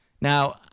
Now